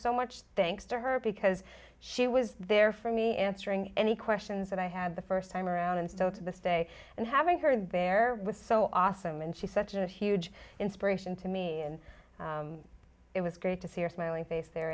so much thanks to her because she was there for me answering any questions that i had the first time around and still to this day and having her there was so awesome and she's such a huge inspiration to me and it was great to see her smiling face there